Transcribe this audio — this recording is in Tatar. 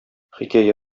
хикәя